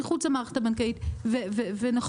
שהם מחוץ למערכת הבנקאית.